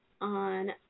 on